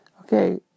okay